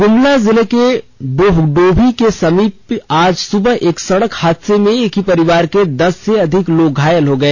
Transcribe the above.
गुमला जिला के डोभडोभी के समीप में आज सुबह एक सड़क हादसे में एक ही परिवार के दस से अधिक लोग घायल हो गए